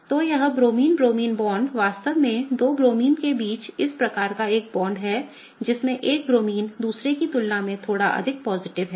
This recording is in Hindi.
तो यह ब्रोमीन ब्रोमीन बांड वास्तव में दो ब्रोमाइन के बीच इस प्रकार का एक बांड है जिसमें एक ब्रोमीन दूसरे की तुलना में थोड़ा अधिक सकारात्मक है